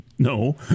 No